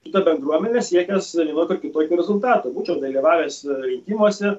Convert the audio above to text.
su ta bendruomene siekęs vienokių ar kitokių rezultatų būčiau dalyvavęs rinkimuose